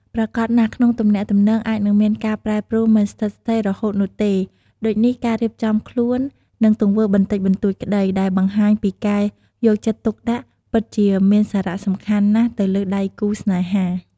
ប្រាកដណាស់ក្នុងទំនាក់ទំនងអាចនឹងមានការប្រែប្រួលមិនស្ថិតស្ថេររហូតនោះទេ ដូចនេះការរៀបចំខ្លួន និងទង្វើបន្តិចបន្តួចក្តីដែលបង្ហាញពីការយកចិត្តទុកដាក់ពិតជាមានសារៈសំខាន់ណាស់ទៅលើដៃគូរស្នេហា។